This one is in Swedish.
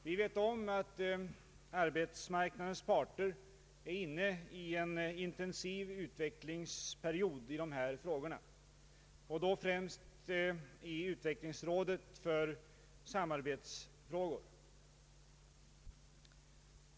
Vi vet om att arbetsmarknadens parter är inne i en intensiv utvecklingsperiod i de här frågorna, då främst i utvecklingsrådet för samarbetsfrågor.